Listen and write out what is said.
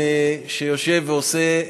שיושב ועושה,